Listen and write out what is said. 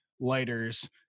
lighters